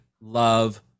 love